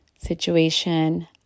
situation